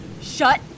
Shut